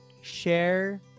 share